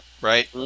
right